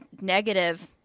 negative